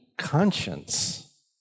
conscience